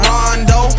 Rondo